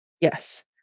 Yes